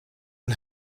een